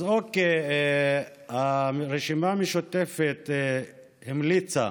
אז אוקיי, הרשימה המשותפת המליצה